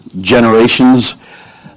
generations